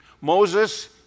Moses